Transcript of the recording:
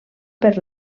per